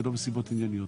ולא בסיבות ענייניות.